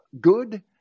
good